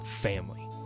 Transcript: family